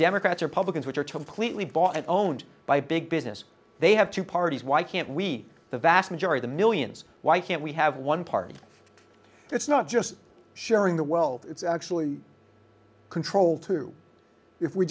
democrats republicans which are two completely bought owned by big business they have two parties why can't we the vast majority the millions why can't we have one party that's not just sharing the wealth it's actually control to if we